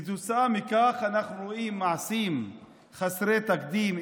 כתוצאה מכך אנחנו רואים מעשים חסרי תקדים,